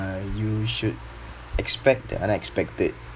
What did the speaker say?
you should expect the unexpected